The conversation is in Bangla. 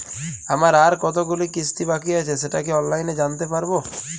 আমার আর কতগুলি কিস্তি বাকী আছে সেটা কি অনলাইনে জানতে পারব?